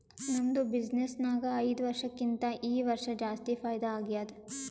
ನಮ್ದು ಬಿಸಿನ್ನೆಸ್ ನಾಗ್ ಐಯ್ದ ವರ್ಷಕ್ಕಿಂತಾ ಈ ವರ್ಷ ಜಾಸ್ತಿ ಫೈದಾ ಆಗ್ಯಾದ್